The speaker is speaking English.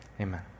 Amen